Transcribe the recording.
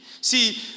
See